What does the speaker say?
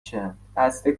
چند، اصل